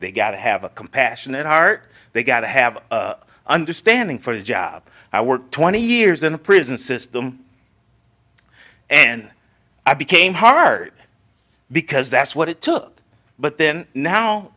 they've got to have a compassionate heart they got to have understanding for the job i worked twenty years in the prison system and i became hard because that's what it took but then now